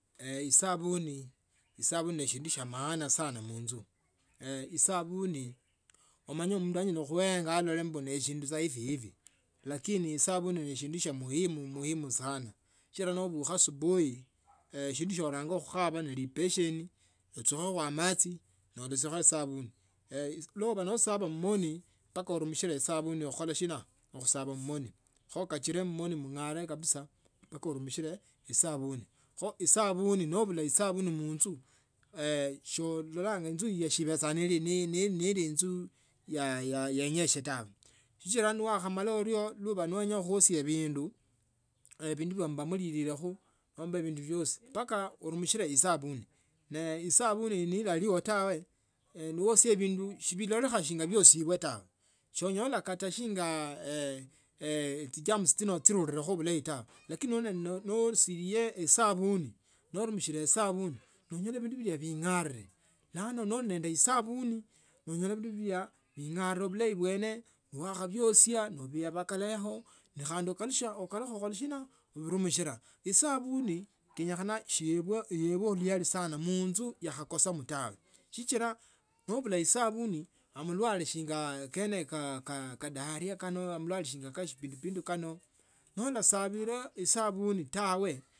esabuni ne sindu sya maana munzu esabuni omanye mundu onyala khuenga aloh mbu neshindu saa ivi ivi esabuni neshindu shya muhimu sana sichira noobukha asubuhi ochukhekho matsi no orulusiakho esabuni noba noosaba mmoni mpaka unumishele esabuni kuhkola shina mu khusaba mmoni kho kachire mmoni mng’are kabisa mpaka mrumishile esabuni. Kho esabuni nobula esabuni munzu so ol lang’a inzu iyo inzu iyo solola neeli inzu yainjeshi tawe sichila ne wakhamala orie nekhawenya khusia bindu bindu bali mulilekho nomba bindu biesi murumishile esabuni ne esabuni neelalio tawe noosia bindu shibololekha shinga ooshile tawe soonyola kata sindu singa sabuni no orumishalo esabuni noonyola bindu bile bingani bulayi bwene wakhabosia no obakala yao na khandi ukalusia khandi okhola sina uburumishila. Esabuni kenyekhara iyebwe hayali sana munzu mkhakhosa tawe sichila nobula esabuni amalalwe shinga kaa diarrhoea kano amala kandi shipindupindu kano nolisabala esabuni tawe.